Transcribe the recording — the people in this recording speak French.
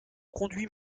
conduis